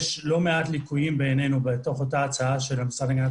בעינינו יש לא מעט ליקויים בתוך אותה הצעה של המשרד להגנת